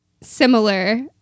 similar